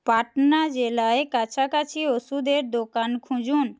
পাটনা জেলায় কাছাকাছি ওষুধের দোকান খুঁজুন